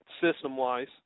system-wise